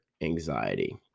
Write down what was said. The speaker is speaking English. anxiety